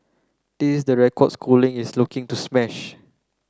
this is the record schooling is looking to smash